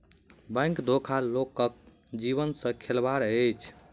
bank धोखा लोकक जीवन सॅ खेलबाड़ अछि